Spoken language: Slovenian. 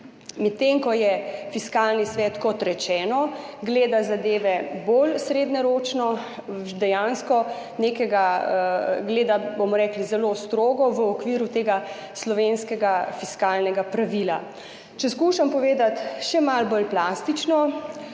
medtem ko Fiskalni svet, kot rečeno, gleda zadeve bolj srednjeročno, dejansko gleda zelo strogo v okviru tega slovenskega fiskalnega pravila. Če skušam povedati še malo bolj plastično